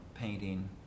painting